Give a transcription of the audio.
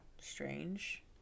Strange